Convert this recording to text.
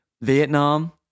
Vietnam